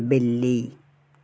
बिल्ली